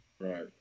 Right